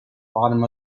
bottom